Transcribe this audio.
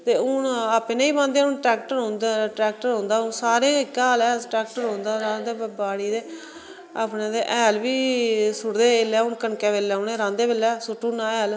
ते हुन आपें नेईं बाह्ंदे हुन टैक्टर औंदा टैक्टर औंदा हुन सारे इक्कै हाल ऐ टैक्टर औंदा राहंदा बाड़ी ते अपने ते हैल बी सुट्टदे एल्लै हुन कनके बेल्लै उनें राह्ंदे बेल्लै सुट्टू उड़़ना हैल